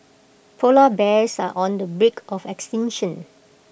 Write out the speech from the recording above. Polar Bears are on the brink of extinction